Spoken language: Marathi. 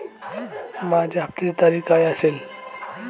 माझ्या हप्त्याची तारीख काय असेल?